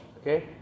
okay